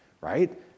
right